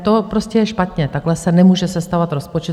To prostě je špatně, takto se nemůže sestavovat rozpočet.